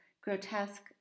grotesque